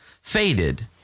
faded